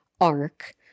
arc